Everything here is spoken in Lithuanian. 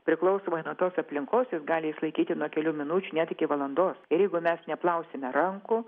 priklausomai nuo tos aplinkos jis gali išlaikyti nuo kelių minučių net iki valandos ir jeigu mes neplausime rankų